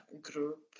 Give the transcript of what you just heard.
group